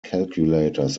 calculators